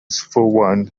for